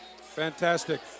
Fantastic